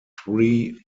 three